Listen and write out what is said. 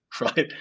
right